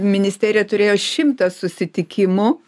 ministerija turėjo šimtą susitikimų